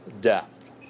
death